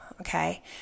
okay